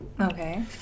Okay